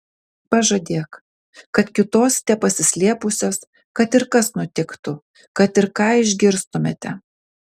pažadėk kad kiūtosite pasislėpusios kad ir kas nutiktų kad ir ką išgirstumėte